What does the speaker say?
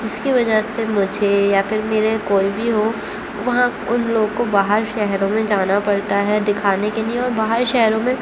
جس کی وجہ سے مجھے یا پھر میرے کوئی بھی ہو وہاں ان لوگ کو باہر شہروں میں جانا پڑتا ہے دکھانا کے لیے اور باہر شہروں میں